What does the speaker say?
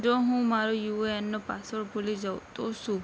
જો હું મારો યુએએનનો પાસવર્ડ ભૂલી જાઉં તો શું